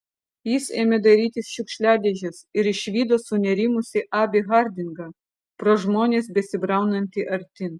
jis ėmė dairytis šiukšliadėžės ir išvydo sunerimusį abį hardingą pro žmones besibraunantį artyn